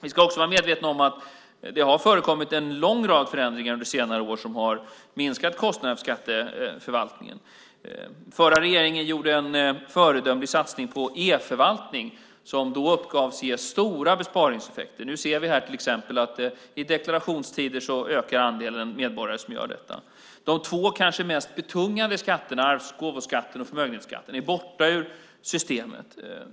Vi ska också vara medvetna om att det förekommit en lång rad förändringar under senare år som minskat kostnaderna för skatteförvaltningen. Den förra regeringen gjorde en föredömlig satsning på e-förvaltning, som då uppgavs ge stora besparingseffekter. Nu i deklarationstider ser vi till exempel att andelen medborgare som använder sig av detta ökar. De två kanske mest betungande skatterna, arvs och gåvoskatten och förmögenhetsskatten, är borta ur systemet.